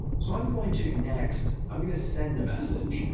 so i'm going to next, i'm gonna send a message.